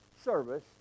service